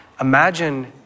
Imagine